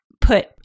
put